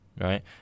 right